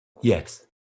Yes